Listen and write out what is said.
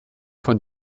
von